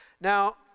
Now